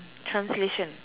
translation